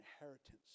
inheritance